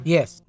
Yes